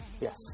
Yes